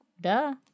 duh